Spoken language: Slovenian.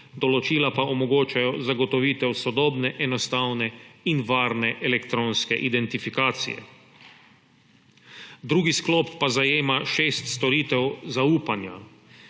določila pa omogočajo zagotovitev sodobne, enostavne in varne elektronske identifikacije. Drugi sklop pa zajema šest storitev zaupanja,